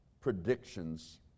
predictions